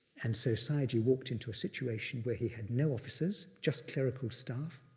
and so sayagyi walked into a situation where he had no officers, just clerical staff,